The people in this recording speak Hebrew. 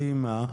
סיימה,